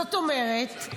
זאת אומרת,